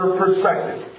perspective